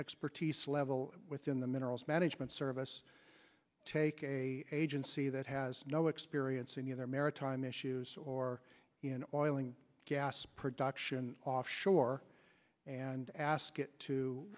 expertise level within the minerals management service take a see that has no experience in either maritime issues or in boiling gas production offshore and ask it to